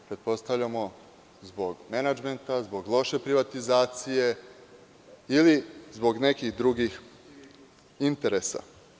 Pretpostavljamo da je zbog menadžmenta, zbog loše privatizacije ili zbog nekih drugih interesa.